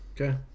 Okay